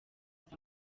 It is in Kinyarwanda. saa